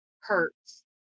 hurts